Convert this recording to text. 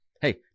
Hey